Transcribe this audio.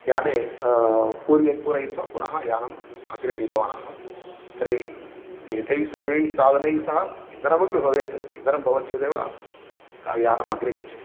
याने पूर्य पूरयित्वा पुनः यानम् अग्रे नीतवान् आसन् तर्हि एतैः सर्वैः साधनैः सह इन्धनमपि भवेत् इन्धनं भवति चेदेव कार्यानम् अग्रे गच्छति